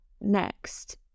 next